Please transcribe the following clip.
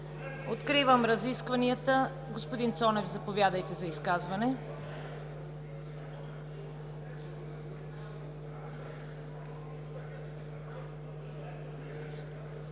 Откривам разискванията. Господин Цонев, заповядайте за изказване.